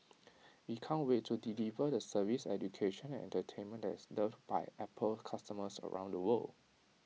we can't wait to deliver the service education and entertainment that is loved by Apple customers around the world